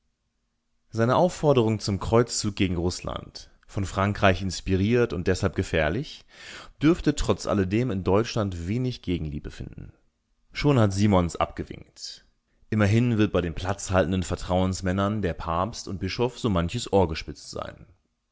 seine aufforderung zum kreuzzug gegen rußland von frankreich inspiriert und deshalb gefährlich dürfte trotz alledem in deutschland wenig gegenliebe finden schon hat simons energisch abgewinkt immerhin wird bei den platzhaltenden vertrauensmännern der pabst und bischoff so manches ohr gespitzt sein